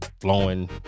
Flowing